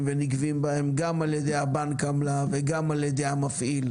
ונגבים בהם עמלות גם על ידי הבנק וגם על ידי המפעיל.